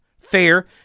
fair